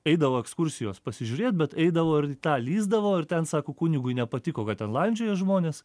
eidavo ekskursijos pasižiūrėt bet eidavo ir į tą lįsdavo ir ten sako kunigui nepatiko kad ten landžioja žmonės